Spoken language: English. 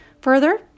Further